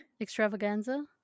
Extravaganza